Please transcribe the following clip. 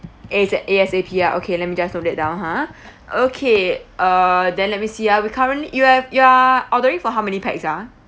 ASAP A_S_A_P ah okay let me just note that down ha okay uh then let me see ah we currently you have you're ordering for how many pax ah